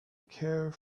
care